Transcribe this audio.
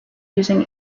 using